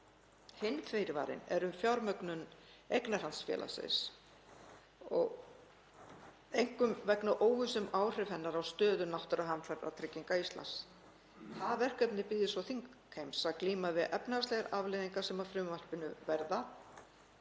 Hinn fyrirvarinn er um fjármögnun eignarhaldsfélagsins og einkum vegna óvissu um áhrif hennar á stöðu Náttúruhamfaratryggingar Íslands. Það verkefni bíður svo þingheims að glíma við efnahagslegar afleiðingar sem af frumvarpinu verða.